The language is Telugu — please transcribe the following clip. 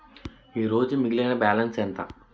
ఈరోజు మిగిలిన బ్యాలెన్స్ ఎంత?